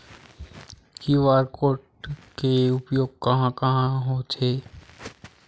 QR code के उपयोग कहां कहां होथे?